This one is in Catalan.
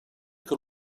que